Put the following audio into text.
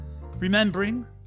remembering